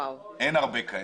אין הרבה כאלה.